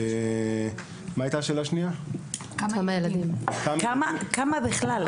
כמה בכלל?